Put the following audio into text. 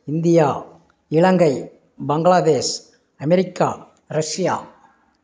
India Ilangai Bangladesh America Russia